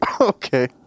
Okay